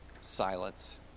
Silence